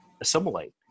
assimilate